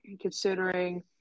considering